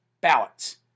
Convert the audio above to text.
ballots